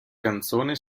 canzone